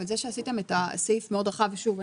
אבל זה שעשיתם את הסעיף מאוד רחב אני